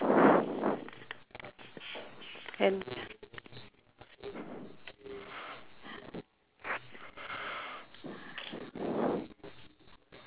I know